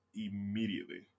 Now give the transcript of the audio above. immediately